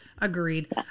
Agreed